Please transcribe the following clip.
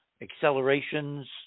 accelerations